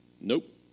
nope